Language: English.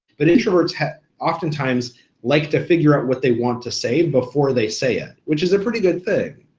but introverts oftentimes like to figure out what they want to say before they say it, which is a pretty good thing.